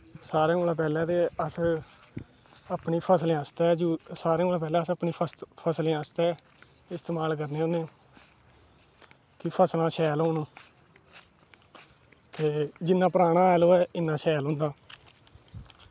सारें कोला दा पैह्ले अस अपनी फसलें अस्तै सारें कोला दा पैह्ले फसलें आस्तै इस्तेमाल करने होन्ने कि फसलां शैल होन ते जिन्ना पराना हैल होऐ इन्ना शैल होंदा